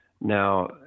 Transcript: now